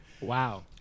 Wow